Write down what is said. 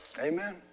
Amen